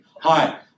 Hi